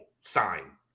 sign